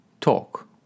Talk